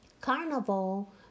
Carnival